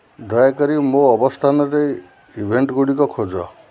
ଦୟାକରି ମୋ ଅବସ୍ଥାନରେ ଇଭେଣ୍ଟ୍ଗୁଡ଼ିକ ଖୋଜ